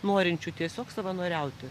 norinčių tiesiog savanoriauti